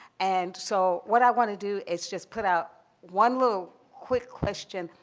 and so what i want to do is just put out one little quick question.